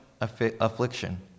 affliction